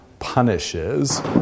punishes